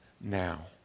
now